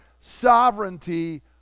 sovereignty